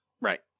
Right